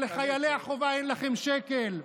אבל לחיילי החובה אין לכם שקל.